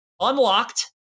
unlocked